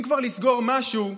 אם כבר לסגור משהו,